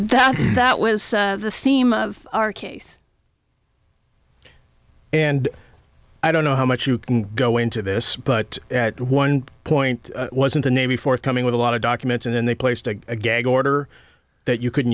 that that was the theme of our case and i don't know how much you can go into this but at one point wasn't the navy forthcoming with a lot of documents and then they placed a gag order that you couldn't